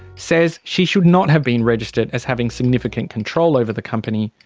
says she should not have been registered as having significant control over the company.